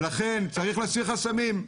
לכן צריך להסיר חסמים,